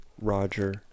Roger